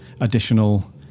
additional